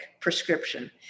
prescription